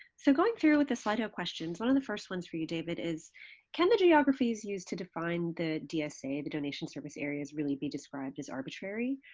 so going through with the slido questions, one of the first ones for you, david, is can the geographies used to define the dsa, the donation service areas, really be described as arbitrary?